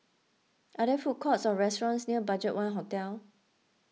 are there food courts or restaurants near Budgetone Hotel